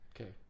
Okay